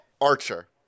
Archer